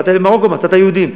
באת למרוקו מצאת יהודים,